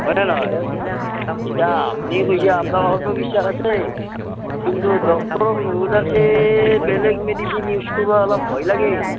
হয় নে নহয় ইতা আপ্নিহে কৈছে আপ্নাৰ কথাটো বিশ্বাস আছেই কিন্তু ডক্টৰক নোসোধাকে বেলেগ মেডিচিন ইউজ কৰ্বা অলপ ভয় লাগে